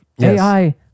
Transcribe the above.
AI